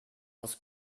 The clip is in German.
aus